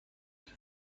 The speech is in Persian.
برای